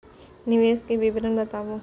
निवेश के विवरण बताबू?